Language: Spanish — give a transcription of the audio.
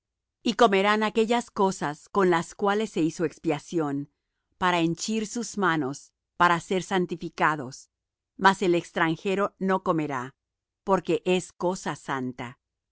y comerán aquellas cosas con las cuales se hizo expiación para henchir sus manos para ser santificados mas el extranjero no comerá porque es cosa santa